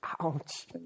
Ouch